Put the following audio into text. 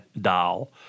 doll